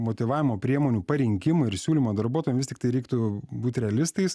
motyvavimo priemonių parinkimą ir siūlymą darbuotojam vis tiktai reiktų būt realistais